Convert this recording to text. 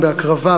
בהקרבה,